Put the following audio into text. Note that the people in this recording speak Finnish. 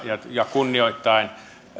kunnioittaen